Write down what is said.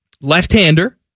left-hander